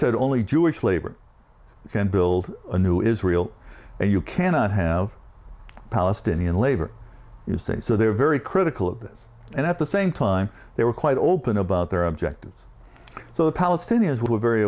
said only jewish labor can build a new israel and you cannot have palestinian labor you say so they were very critical of this and at the same time they were quite open about their objectives so the palestinians were very